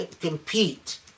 compete